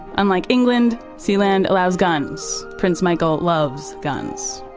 unlike england, sealand allows guns. prince michael loves guns,